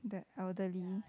that elderly